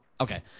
Okay